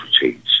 change